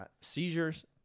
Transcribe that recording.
seizures